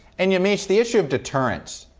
and yamiche, the issue of deterrence,